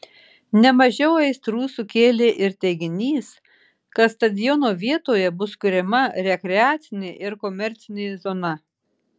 ne mažiau aistrų sukėlė ir teiginys kad stadiono vietoje bus kuriama rekreacinė ir komercinė zona